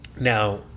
Now